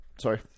Sorry